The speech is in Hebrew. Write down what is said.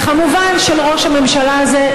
וכמובן של ראש הממשלה הזה,